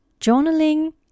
journaling